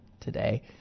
today